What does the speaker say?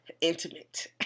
intimate